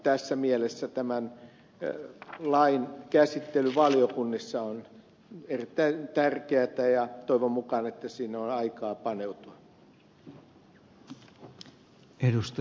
tässä mielessä tämän lain käsittely valiokunnissa on erittäin tärkeätä ja toivon mukaan siihen on aikaa paneutua